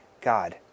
God